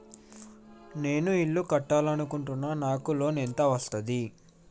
నేను ఇల్లు కట్టాలి అనుకుంటున్నా? నాకు లోన్ ఎంత వస్తది?